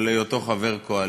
של היותו חבר קואליציה.